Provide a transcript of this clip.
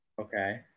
Okay